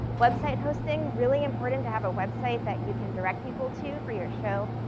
website hosting really important to have a website that you can direct people to for your show.